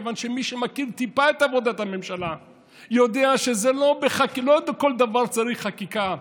כיוון שמי שמכיר טיפה את עבודת הממשלה יודע שלא בכל דבר צריך חקיקה,